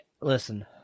Listen